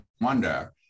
wonder